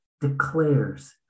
declares